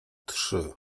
trzy